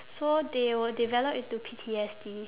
so they will develop into P_T_S_D